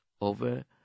over